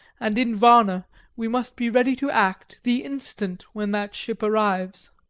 and in varna we must be ready to act the instant when that ship arrives.